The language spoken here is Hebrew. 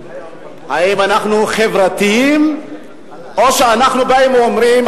האם אנחנו חברתיים או שאנחנו באים ואומרים: